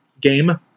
game